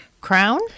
crown